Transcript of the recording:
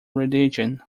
religion